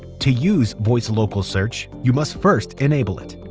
to use voice local search, you must first enable it.